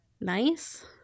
nice